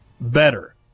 better